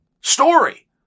story